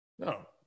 No